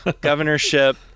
Governorship